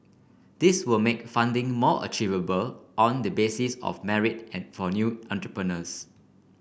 this will make funding more achievable on the basis of merit and for new entrepreneurs